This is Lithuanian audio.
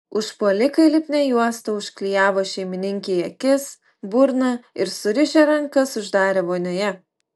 užpuolikai lipnia juosta užklijavo šeimininkei akis burną ir surišę rankas uždarė vonioje